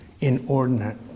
inordinate